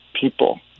people